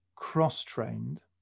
cross-trained